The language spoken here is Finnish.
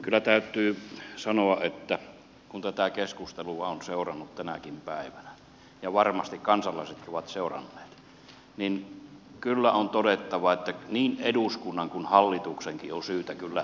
kyllä täytyy sanoa kun tätä keskustelua on seurannut tänäkin päivänä ja varmasti kansalaiset ovat seuranneet että niin eduskunnan kuin hallituksenkin on syytä kyllä ryhdistäytyä